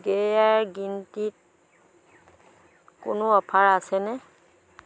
Gaia green টিত কোনো offer আছেনে